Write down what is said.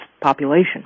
population